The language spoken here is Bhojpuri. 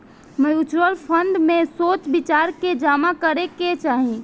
म्यूच्यूअल फंड में सोच विचार के जामा करे के चाही